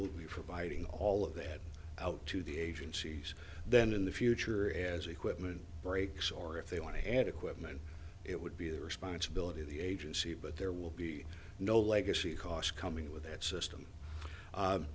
will be providing all of that out to the agencies then in the future as equipment breaks or if they want to add equipment it would be the responsibility of the agency but there will be no legacy cost coming with that system